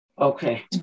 Okay